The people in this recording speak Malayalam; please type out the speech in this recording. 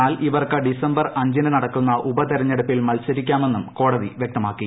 എന്നാൽ ഇവർക്ക് ഡിസംബർ അഞ്ചിന് നടക്കുന്ന ഉപതെരഞ്ഞെടുപ്പിൽ മത്സരിക്കാമെന്നും കോടതി വ്യക്തമാക്കി